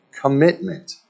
commitment